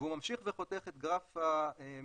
והוא ממשיך וחותך את גרף המינימום